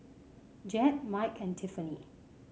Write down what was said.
Jed Mike and Tiffani